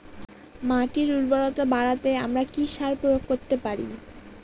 মাটির উর্বরতা বাড়াতে আমরা কি সার প্রয়োগ করতে পারি?